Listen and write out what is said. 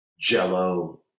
Jello